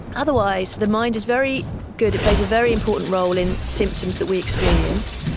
otherwise, the mind is very good, it plays a very important role in symptoms that we experience,